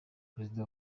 perezida